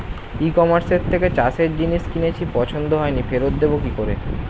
ই কমার্সের থেকে চাষের জিনিস কিনেছি পছন্দ হয়নি ফেরত দেব কী করে?